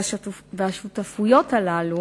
השותפויות הללו